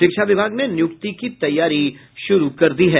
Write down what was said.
शिक्षा विभाग ने नियुक्ति की तैयारी शुरू कर दी है